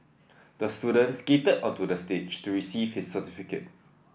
the student skated onto the stage to receive his certificate